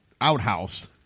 outhouse